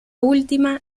última